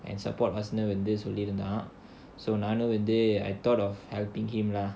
and support வந்து சொல்லிருந்தான்:vandhu solirunthaan I thought of helping him lah